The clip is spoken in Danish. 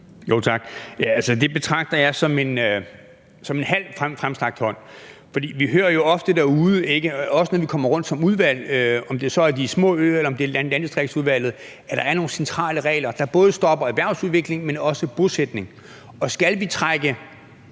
Tak. Det betragter jeg som en halv fremstrakt hånd. For vi hører jo ofte derude, også når vi kommer rundt som udvalg, om det så er de små øer, eller om det er landdistrikterne, at der er nogle centrale regler, der både stopper erhvervsudvikling, men også bosætning. Og skal vi trække